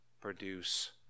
produce